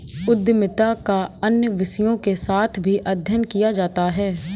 उद्यमिता का अन्य विषयों के साथ भी अध्ययन किया जाता है